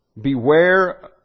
Beware